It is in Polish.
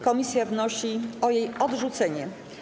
Komisja wnosi o jej odrzucenie.